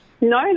No